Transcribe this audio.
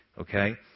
okay